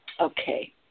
Okay